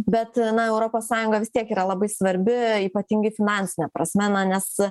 bet europos sąjunga vis tiek yra labai svarbi ypatingai finansine prasme na nes